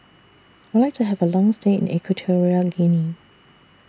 I Would like to Have A Long stay in Equatorial Guinea